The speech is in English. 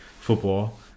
football